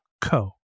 co